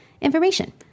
information